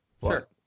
Sure